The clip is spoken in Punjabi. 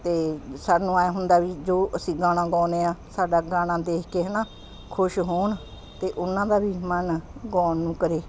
ਅਤੇ ਸਾਨੂੰ ਐਂ ਹੁੰਦਾ ਵੀ ਜੋ ਅਸੀਂ ਗਾਣਾ ਗਾਉਂਦੇ ਹਾਂ ਸਾਡਾ ਗਾਣਾ ਦੇਖ ਕੇ ਹੈ ਨਾ ਖੁਸ਼ ਹੋਣ ਅਤੇ ਉਹਨਾਂ ਦਾ ਵੀ ਮਨ ਗਾਉਣ ਨੂੰ ਕਰੇ